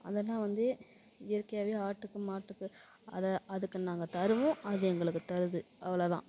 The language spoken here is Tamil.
அதெல்லாம் வந்து இயற்கையாகவே ஆட்டுக்கு மாட்டுக்கு அதை அதுக்கு நாங்கள் தருவோம் அது எங்களுக்கு தருது அவ்வளோ தான்